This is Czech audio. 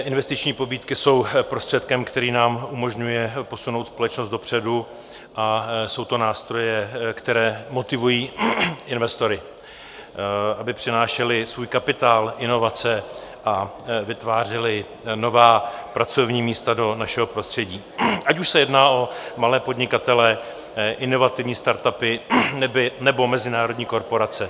Investiční pobídky jsou prostředkem, který nám umožňuje posunout společnost dopředu, a jsou to nástroje, které motivují investory, aby přinášeli svůj kapitál, inovace a vytvářeli nová pracovní místa do našeho prostředí, ať už se jedná o malé podnikatele, inovativní startupy nebo mezinárodní korporace.